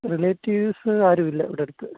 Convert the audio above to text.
relatives ആരുമില്ല ഇവിടെ അടുത്ത്